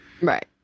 right